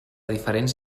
diferents